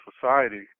society